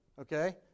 Okay